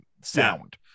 sound